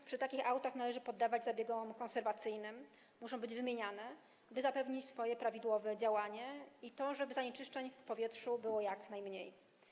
Filtry w takich autach należy poddawać zabiegom konserwacyjnym, muszą być wymieniane, by zapewnić prawidłowe działanie i to, żeby zanieczyszczeń w powietrzu było jak najmniej.